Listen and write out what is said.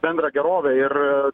bendrą gerovę ir